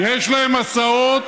יש להם הסעות.